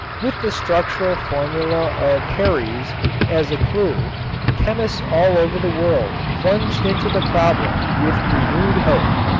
with the structural formula of harries as a clue chemists all over the world plunged into the problem with renewed hope.